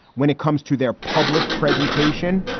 when it comes to their public presentation.